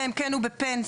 אלא אם הוא בפנסיה.